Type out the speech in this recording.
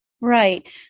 Right